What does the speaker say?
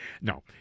No